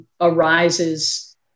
arises